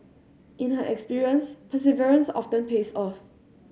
in her experience perseverance often pays off